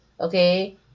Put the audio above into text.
Okay